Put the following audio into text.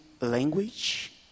language